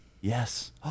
Yes